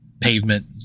Pavement